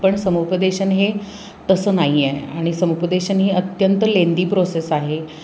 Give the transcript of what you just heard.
पण समुपदेशन हे तसं नाही आहे आणि समुपदेशन ही अत्यंत लेंदी प्रोसेस आहे